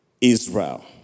Israel